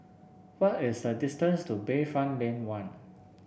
what is the distance to Bayfront Lane One